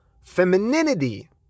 femininity